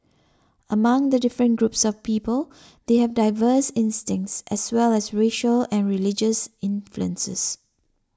among the different groups of people they have diverse instincts as well as racial and religious influences